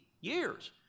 years